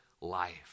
life